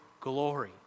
glory